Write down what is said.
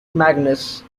magnus